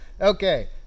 Okay